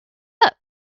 that